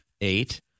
eight